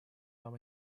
вам